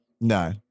No